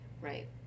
Right